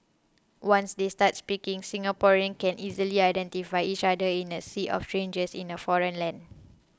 once they start speaking Singaporeans can easily identify each other in a sea of strangers in a foreign land